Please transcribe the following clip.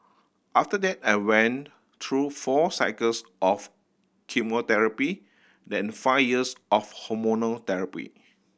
after that I went through four cycles of chemotherapy then five years of hormonal therapy